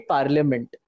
Parliament